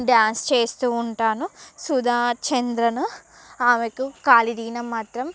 dance చేస్తూ ఉంటాను సుధా చంద్రన్ ఆమెకు కాలు విరిగినా మాత్రం